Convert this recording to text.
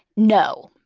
no.